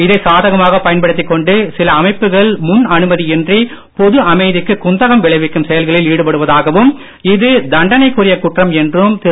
இதை சாதமாக பயன்படுத்திக் கொண்டு சில அமைப்புகள் முன் அனுமதியின்றி பொது அமைதிக்கு குந்தகம் விளைவிக்கும் செயல்களில் ஈடுபடுவதாகவும் இது தண்டனைக்குரிய குற்றம் என்றும் திரு